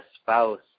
spouse